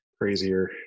crazier